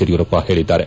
ಯಡಿಯೂರಪ್ಪ ಹೇಳದ್ದಾರೆ